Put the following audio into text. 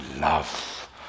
love